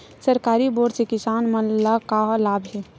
सरकारी बोर से किसान मन ला का लाभ हे?